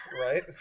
right